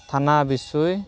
ᱛᱷᱟᱱᱟ ᱵᱤᱥᱚᱭ